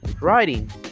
writing